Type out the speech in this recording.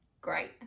great